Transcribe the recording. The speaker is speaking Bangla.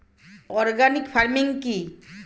অর্গানিক ফার্মিং কি?